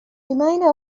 reminder